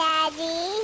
Daddy